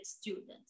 students